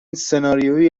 سناریویی